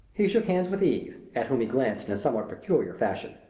he shook hands with eve, at whom he glanced in a somewhat peculiar fashion.